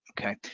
okay